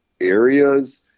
areas